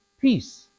peace